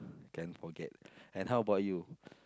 can't forget and how about you